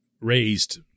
raised